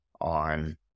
on